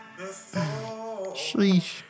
Sheesh